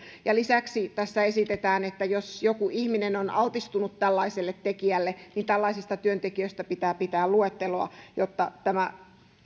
ja lisäksi tässä esitetään että jos joku ihminen on altistunut tällaiselle tekijälle niin tällaisista työntekijöistä pitää pitää luetteloa jotta tämä